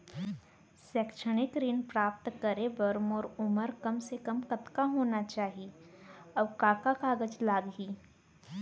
शैक्षिक ऋण प्राप्त करे बर मोर उमर कम से कम कतका होना चाहि, अऊ का का कागज लागही?